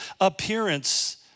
appearance